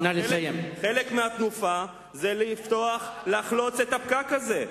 חלק מהתנופה זה לחלוץ את הפקק הזה.